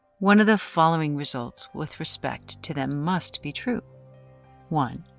one of the following results with respect to them must be true one.